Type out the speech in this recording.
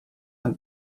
and